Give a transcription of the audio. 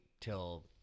till